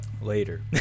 later